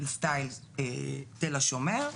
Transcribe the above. סטייל תל השומר.